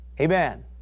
Amen